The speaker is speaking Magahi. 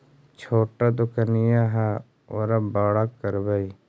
छोटा दोकनिया है ओरा बड़ा करवै?